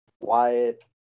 Wyatt